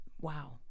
Wow